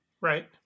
Right